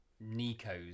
Nico's